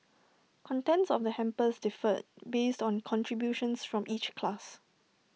contents of the hampers differed based on contributions from each class